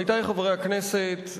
עמיתי חברי הכנסת,